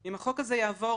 אם החוק הזה יעבור,